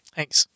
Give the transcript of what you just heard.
Thanks